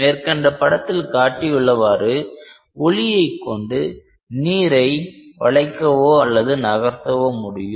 மேற்கண்ட படத்தில் காட்டியுள்ளவாறு ஒளியை கொண்டு நீரை வளைக்கவோ அல்லது நகர்த்தவோ முடியும்